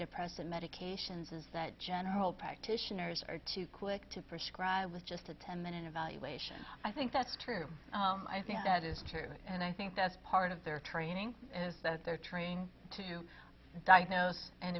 depressed medications is that general practitioners are too quick to prescribe was just a ten minute evaluation i think that's true i think that is true and i think that's part of their training is that they're trained to diagnose and